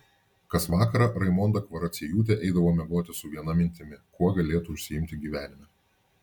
kas vakarą raimonda kvaraciejūtė eidavo miegoti su viena mintimi kuo galėtų užsiimti gyvenime